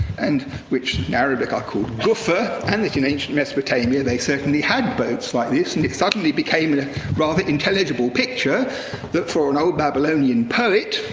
and which in arabic are called kuffar, and that in ancient mesopotamia they certainly had boats like this, and it suddenly became a rather intelligible picture that for an old babylonian poet,